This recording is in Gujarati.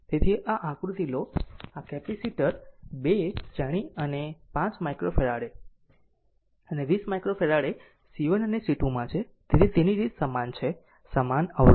તેથી આ આકૃતિ લો કે આ 2 કેપેસિટર શ્રેણી 5 માઇક્રોફેરાડે અને 20 માઇક્રો c 1 અને c 2 માં છે તેથી તેની રીત સમાન છે સમાંતર અવરોધ